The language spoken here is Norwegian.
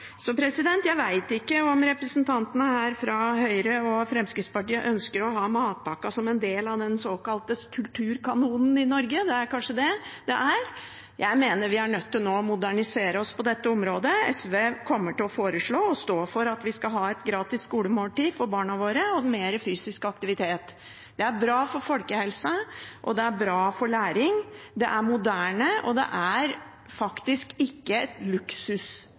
Jeg vet ikke om representantene fra Høyre og Fremskrittspartiet ønsker å ha matpakken som en del av den såkalte kulturkanonen i Norge – det er kanskje det det er. Jeg mener vi nå er nødt til å modernisere oss på dette området. SV kommer til å foreslå og stå for at vi skal ha et gratis skolemåltid for barna våre og mer fysisk aktivitet. Det er bra for folkehelsen, og det er bra for læringen. Det er moderne, og det er faktisk ikke et